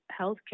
healthcare